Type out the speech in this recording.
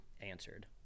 answered